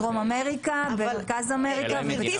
בדרום אמריקה, במרכז אמריקה ובצפון אמריקה.